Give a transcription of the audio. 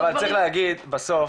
אבל צריך להגיד בסוף,